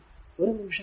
ഒരു നിമിഷം നിൽക്കുക